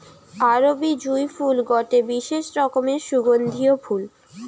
আরবি জুঁই ফুল গটে বিশেষ রকমের সুগন্ধিও ফুল